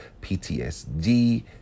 PTSD